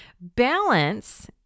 Balance